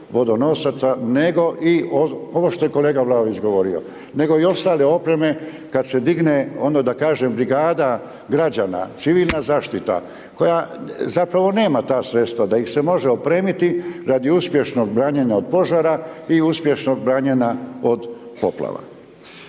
vodonosaca, nego i ovo što je kolega Vlaović govorio, nego i ostale opreme kad se digne, ono da kažem brigada građana, civilna zaštita koja zapravo nema ta sredstva da ih se može opremiti radi uspješnog branjenja od požara i uspješnog branjenja od poplava.